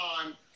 time